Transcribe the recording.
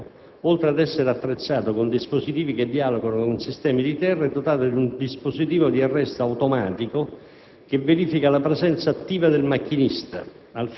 Il convoglio di cui parliamo, oltre ad essere attrezzato con dispositivi che dialogano con sistemi di terra, è dotato di un dispositivo di arresto automatico